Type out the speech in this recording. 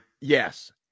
Yes